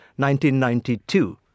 1992